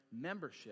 membership